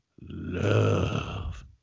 love